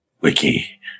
Wiki